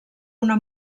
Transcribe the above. una